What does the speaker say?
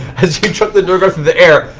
as you chuck the duergar through the air,